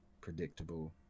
predictable